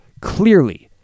clearly